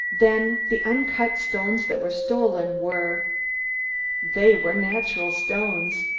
then the uncut stones that were stolen were they were natural stones,